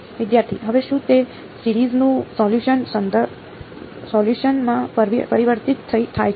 વિદ્યાર્થી હવે શું તે સિરીજ નું સોલ્યુશન માં પરિવર્તિત થાય છે